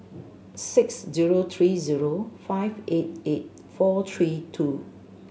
six zero three zero five eight eight four three two